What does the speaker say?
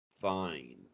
fine